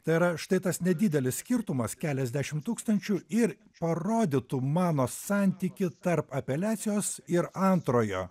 tai yra štai tas nedidelis skirtumas keliasdešim tūkstančių ir parodytų mano santykį tarp apeliacijos ir antrojo